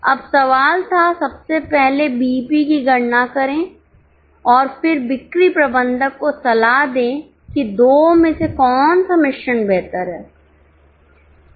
अब सवाल था सबसे पहले बीईपी की गणना करें और फिर बिक्री प्रबंधक को सलाह दें कि 2 में से कौन सा मिश्रण बेहतर है